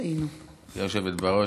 גברתי היושבת בראש,